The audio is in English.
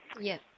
Yes